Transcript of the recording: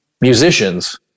musicians